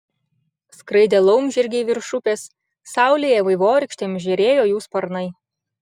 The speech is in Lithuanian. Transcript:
skraidė laumžirgiai virš upės saulėje vaivorykštėm žėrėjo jų sparnai